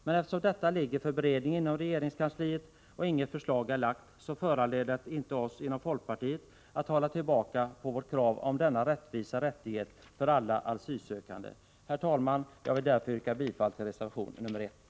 Men eftersom den frågan ligger för beredning inom regeringskansliet och inget förslag är framlagt, så föranleder det inte oss inom folkpartiet att hålla tillbaka vårt krav om denna rättvisa rättighet för alla asylsökande. Herr talman! Jag vill därför yrka bifall till reservation nr 1.